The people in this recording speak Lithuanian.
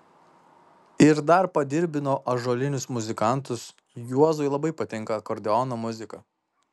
ir dar padirbino ąžuolinius muzikantus juozui labai patinka akordeono muzika